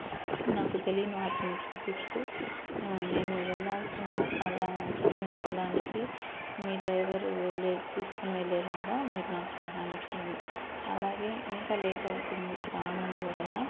నాకు తెలియని వాటిని చూపిస్తు నేను వెళ్ళాల్సిన స్థల గమ్య స్థలానికి మీ డ్రైవర్ వెళ్ళే తీసుకుని వెళ్ళే లాగా మీరు నాకు సహాయం చేయండి అలాగే ఇంకా లేట్ అవుతుంది రానందు వలన